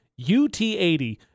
UT80